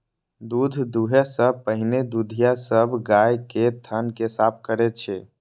दूध दुहै सं पहिने दुधिया सब गाय के थन कें साफ करै छै